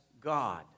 God